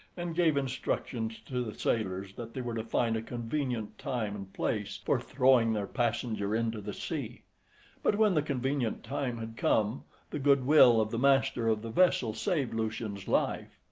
and gave instructions to the sailors that they were to find a convenient time and place for throwing their passenger into the sea but when the convenient time had come the goodwill of the master of the vessel saved lucian's life.